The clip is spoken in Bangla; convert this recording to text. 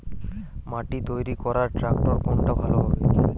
মাটি তৈরি করার ট্রাক্টর কোনটা ভালো হবে?